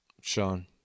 Sean